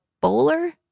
bowler